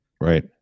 right